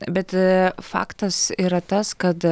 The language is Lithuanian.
bet faktas yra tas kad